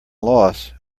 loss